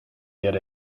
get